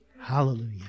Hallelujah